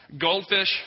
Goldfish